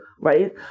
Right